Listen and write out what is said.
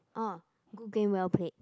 orh good game well played